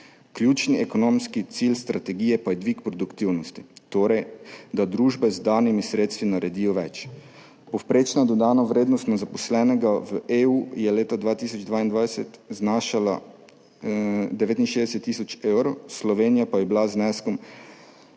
Ključni ekonomski cilj strategije pa je dvig produktivnosti, torej da družbe z danimi sredstvi naredijo več. Povprečna dodana vrednost na zaposlenega v EU je leta 2022 znašala 69 tisoč evrov, Slovenija pa je bila z zneskom